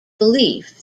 belief